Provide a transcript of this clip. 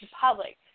public